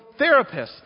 therapists